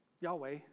Yahweh